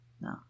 No